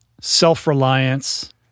self-reliance